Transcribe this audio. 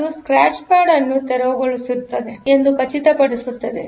ಅದು scratch pad ಅನ್ನು ತೆರವುಗೊಳಿಸಿದೆ ಎಂದು ಖಚಿತಪಡಿಸುತ್ತದೆ